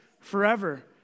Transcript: forever